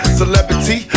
celebrity